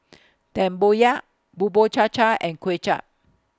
Tempoyak Bubur Cha Cha and Kuay Chap